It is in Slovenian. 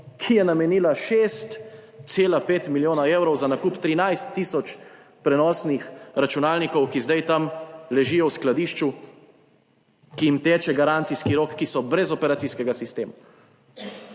ki je namenila 6,5 milijona evrov za nakup 13 tisoč prenosnih računalnikov, ki zdaj tam ležijo v skladišču, ki jim teče garancijski rok, ki so brez operacijskega sistema,